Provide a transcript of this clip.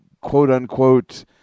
quote-unquote